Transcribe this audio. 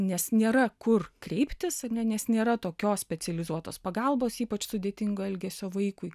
nes nėra kur kreiptis ane nes nėra tokios specializuotos pagalbos ypač sudėtingo elgesio vaikui